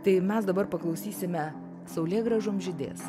tai mes dabar paklausysime saulėgrąžom žydės